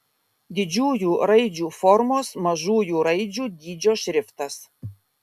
didžiųjų raidžių formos mažųjų raidžių dydžio šriftas